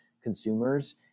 consumers